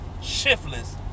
shiftless